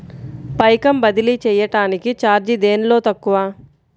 పైకం బదిలీ చెయ్యటానికి చార్జీ దేనిలో తక్కువ?